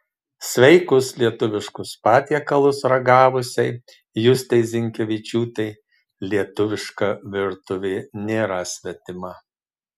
sveikus lietuviškus patiekalus ragavusiai justei zinkevičiūtei lietuviška virtuvė nėra svetima